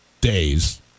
days